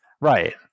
Right